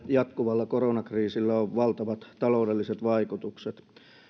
jatkuvalla koronakriisillä on valtavat taloudelliset vaikutukset